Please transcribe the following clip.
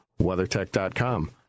WeatherTech.com